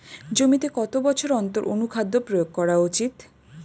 জমিতে কত বছর অন্তর অনুখাদ্য প্রয়োগ করা উচিৎ?